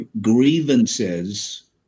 grievances